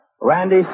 Randy